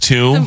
Two